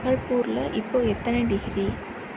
பகல்பூரில் இப்போது எத்தனை டிகிரி